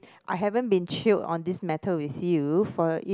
I haven't been chilled on this matter with you for if